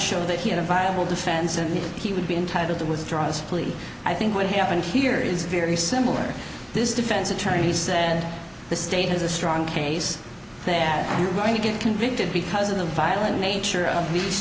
show that he had a viable defense and he would be entitled to withdraw his plea i think what happened here is very similar to this defense attorney said the state has a strong case that you're going to get convicted because of the violent nature of the